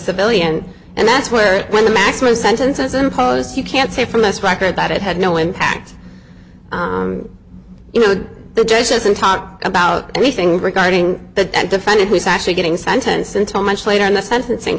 civilian and that's where it when the maximum sentence is imposed you can't say from this record that it had no impact you know the judge doesn't talk about anything regarding the defendant who's actually getting sentence until much later in the sentencing